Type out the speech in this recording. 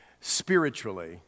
spiritually